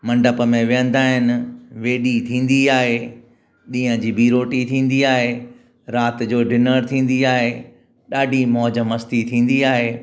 मंडप में विहंदा आहिनि वेॾी थींदी आहे ॾींहं जी बि रोटी थींदी आहे राति जो डिनर थींदी आहे ॾाढी मौज मस्ती थींदी आहे